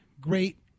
Great